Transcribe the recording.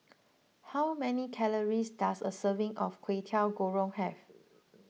how many calories does a serving of Kwetiau Goreng have